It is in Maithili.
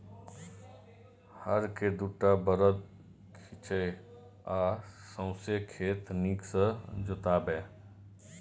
हर केँ दु टा बरद घीचय आ सौंसे खेत नीक सँ जोताबै